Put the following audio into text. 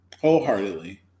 Wholeheartedly